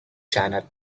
channel